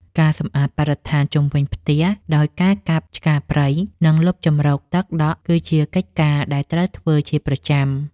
ការសម្អាតបរិស្ថានជុំវិញផ្ទះដោយការកាប់ឆ្ការព្រៃ និងលុបជម្រកទឹកដក់គឺជាកិច្ចការដែលត្រូវធ្វើជាប្រចាំ។